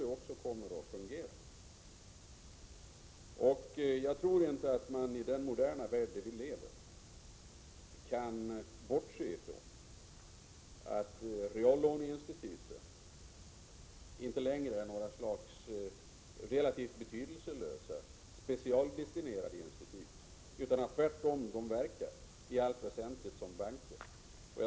Det är också så det kommer att fungera. Jag tror inte att man i den moderna värld där vi lever kan bortse från att reallåneinstituten inte längre är något slags relativt betydelselösa institut för specialdestinerade krediter, utan tvärtom verkar de i allt väsentligt som banker.